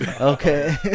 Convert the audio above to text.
Okay